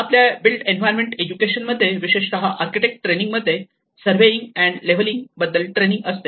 आपल्या built environment education मध्ये विशेषता आर्किटेक्ट ट्रेनिंग मध्ये सर्वेयिंग अँड लेव्हलिंग बद्दल ट्रेनिंग असते